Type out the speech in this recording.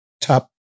top